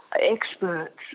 experts